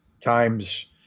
times